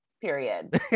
period